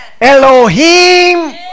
Elohim